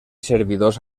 servidors